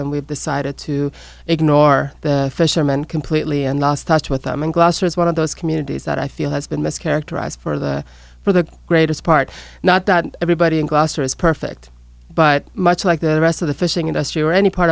and we've decided to ignore the fisherman completely and lost touch with them and glasser is one of those communities that i feel has been mischaracterized for the for the greatest part not that everybody in gloucester is perfect but much like the rest of the fishing industry or any part